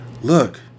Look